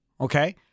okay